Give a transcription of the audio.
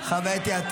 הצביעו.